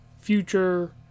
future